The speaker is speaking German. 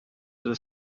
des